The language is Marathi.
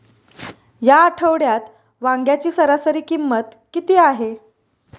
या आठवड्यात वांग्याची सरासरी किंमत किती आहे?